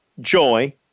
joy